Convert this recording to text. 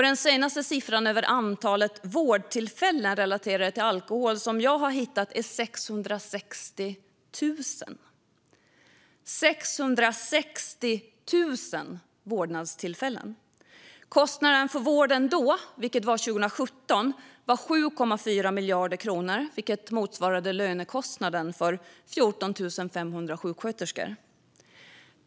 Den senaste siffran över antalet vårdtillfällen relaterade till alkohol som jag har hittat är 660 000. 660 000 vårdtillfällen! Kostnaden för vården då, 2017, var 7,4 miljarder kronor, vilket motsvarade lönekostnaden för 14 500 sjuksköterskor.